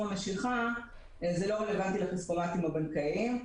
המשיכה הוא לא רלוונטי לכספומטים הבנקאיים.